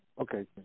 Okay